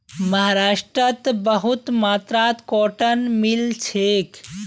महाराष्ट्रत बहुत मात्रात कॉटन मिल छेक